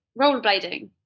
rollerblading